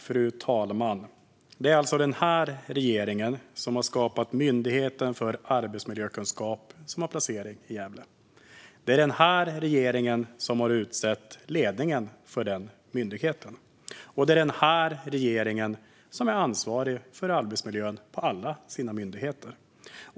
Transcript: Fru talman! Det är alltså den här regeringen som har skapat Myndigheten för arbetsmiljökunskap, som har placering i Gävle. Det är den här regeringen som har utsett ledningen för den myndigheten. Det är den här regeringen som är ansvarig för arbetsmiljön på alla sina myndigheter.